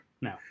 No